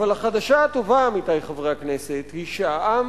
אבל החדשה הטובה, עמיתי חברי הכנסת, היא שהעם